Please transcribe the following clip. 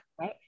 Right